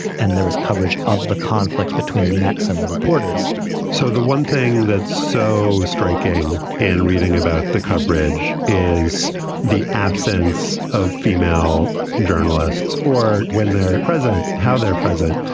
and there was coverage of the conflict between the mets and the reporters so the one thing that's so striking and reading about the coverage is the absence of female journalists or when they're present, how they're present.